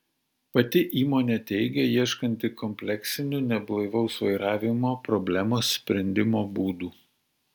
pati įmonė teigia ieškanti kompleksinių neblaivaus vairavimo problemos sprendimo būdų